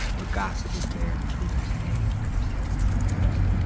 what gossip is there between the hanged and the buried?